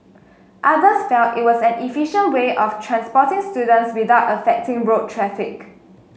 others felt it was an efficient way of transporting students without affecting road traffic